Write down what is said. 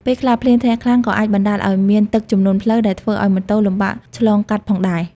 ពេលខ្លះ ភ្លៀងធ្លាក់ខ្លាំងក៏អាចបណ្ដាលឱ្យមានទឹកជំនន់ផ្លូវ ដែលធ្វើឱ្យម៉ូតូលំបាកឆ្លងកាត់ផងដែរ។